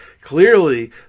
Clearly